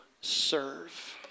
serve